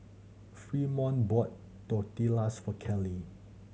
Fremont bought Tortillas for Kelly